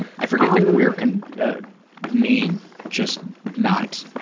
i forget that queer can mean just not,